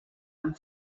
amb